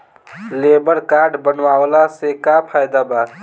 Labour card बनवाला से का फायदा बा?